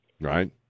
right